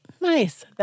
Nice